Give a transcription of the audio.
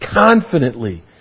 confidently